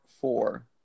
four